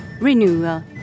renewal